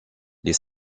les